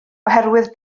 oherwydd